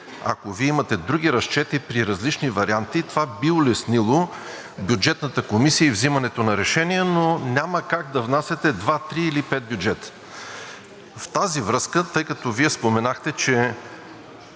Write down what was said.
ако Вие имате други разчети при различни варианти, това би улеснило Бюджетната комисия и вземането на решения, но няма как да внасяте два, три или пет бюджета. В тази връзка, тъй като Вие споменахте, че